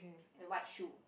and white shoe